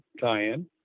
tie-in